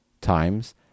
times